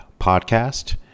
podcast